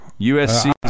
usc